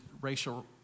racial